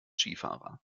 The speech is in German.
skifahrer